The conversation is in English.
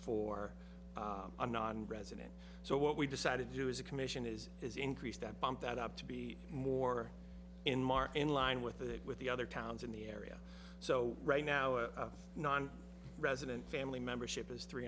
for a nonresident so what we decided to do is a commission is has increased that bump that up to be more in march in line with the with the other towns in the area so right now a non resident family membership is three